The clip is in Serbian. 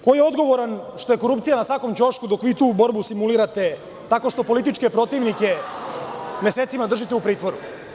Ko je odgovoran što je korupcija na svakom ćošku dok vi tu borbu simulirate tako što političke protivnike mesecima držite u pritvoru?